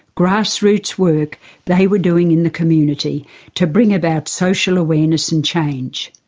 grassroots work they were doing in the community to bring about social awareness and change.